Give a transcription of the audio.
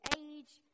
age